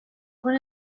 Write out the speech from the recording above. con